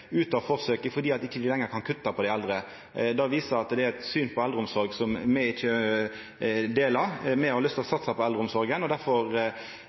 ut av forsøket fordi dei ikkje lenger kan kutta når det gjeld dei eldre. Det viser eit syn på eldreomsorg som me ikkje deler. Me har lyst til å satsa på eldreomsorga, og